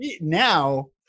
Now